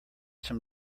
some